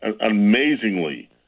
amazingly